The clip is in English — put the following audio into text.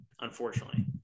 unfortunately